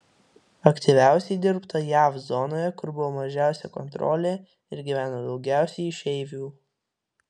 aktyviausiai dirbta jav zonoje kur buvo mažiausia kontrolė ir gyveno daugiausiai išeivių